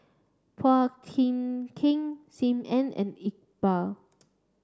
Phua Kiay Kiay Sim Ann and Iqbal